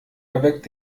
erweckt